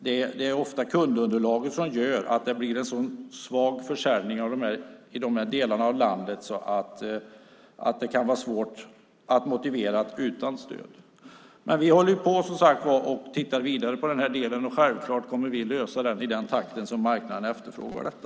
Det är ofta kundunderlaget som gör att det blir en så svag försäljning i de här delarna av landet att det kan vara svårt att motivera detta utan stöd. Vi tittar vidare på detta, och vi kommer självfallet att lösa det i den takt som marknaden efterfrågar detta.